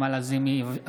אינו נוכח נעמה לזימי,